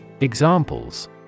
examples